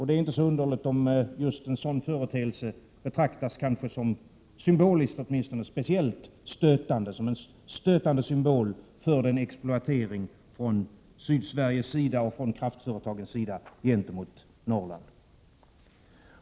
Det är inte så underligt om en sådan företeelse betraktas som en stötande symbol för en exploatering från Sydsveriges sida och kraftföretagens sida gentemot Norrland.